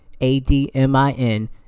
A-D-M-I-N